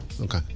Okay